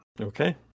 Okay